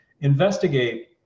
investigate